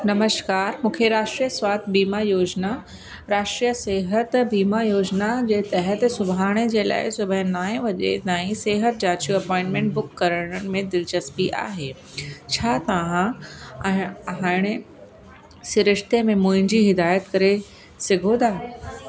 नमश्कार मूंखे राष्ट्रीय स्वास्थ बीमा योजना राष्ट्रीय सिहत बीमा योजना जे तहत सुभाणे जे लाइ सुबै नाए वॼे ताईं सिहत जांचूं अपॉइंटमेंट बुक करण में दिलचस्पी आहे छा तव्हां अहि हाणे सिरिश्ते में मुंहिंजी हिदायत करे सघो था